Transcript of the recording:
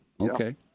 okay